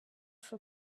for